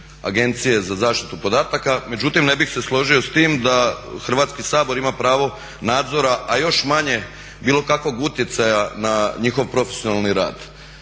Agencije za zaštitu podataka međutim ne bih se složio s tim da Hrvatski sabor ima pravo nadzora, a još manje bilo kakvog utjecaja na njihov profesionalni rad.